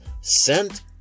sent